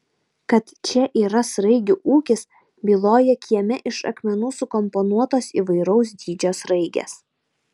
kad čia yra sraigių ūkis byloja kieme iš akmenų sukomponuotos įvairaus dydžio sraigės